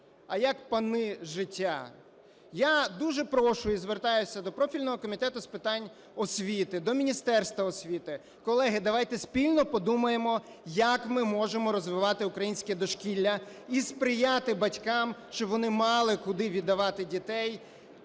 а як пани життя. Я дуже прошу і звертаюся до профільного Комітету з питань освіти, до Міністерства освіти, колеги, давайте спільно подумаємо, як ми можемо розвивати українське дошкілля і сприяти батькам, щоб вони мали куди віддавати дітей